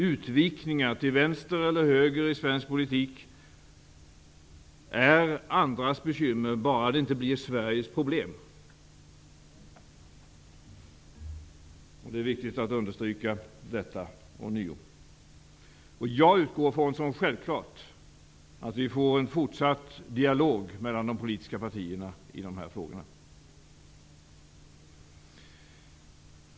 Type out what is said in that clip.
Utvikningar till vänster eller höger i svensk politik är andras bekymmer, bara de inte blir Sveriges problem. Det är viktigt att ånyo understryka detta. Jag ser det som självklart att vi får en fortsatt dialog mellan de politiska partierna i de här frågorna.